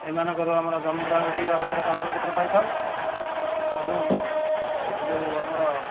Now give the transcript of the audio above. ଏମାନଙ୍କରୁ ଆମେ ଜମିବାଡ଼ି ବାବଦରେ କାଗଜପତ୍ର ପାଇଥାଉ ଏବଂ ଯେଉଁ ଆମର